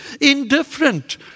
indifferent